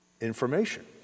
information